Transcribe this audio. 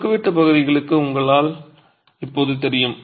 குறுக்குவெட்டு பகுதி உங்களுக்கு இப்போது தெரியும்